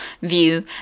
view